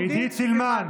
נגד עלי סלאלחה,